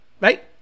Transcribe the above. Right